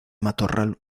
matorral